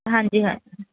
ਹਾਂਜੀ ਹਾਂ